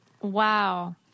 Wow